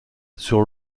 sur